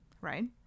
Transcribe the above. right